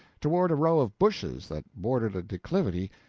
toward a row of bushes that bordered a declivity,